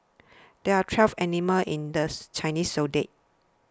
there are twelve animals in the Chinese zodiac